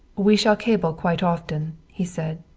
we shall cable quite often, he said.